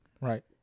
Right